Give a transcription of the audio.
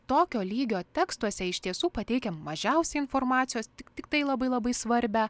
tokio lygio tekstuose iš tiesų pateikiam mažiausiai informacijos tik tiktai labai labai svarbią